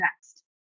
next